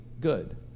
good